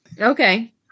okay